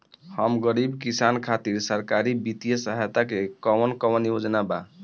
हम गरीब किसान खातिर सरकारी बितिय सहायता के कवन कवन योजना बा?